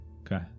Okay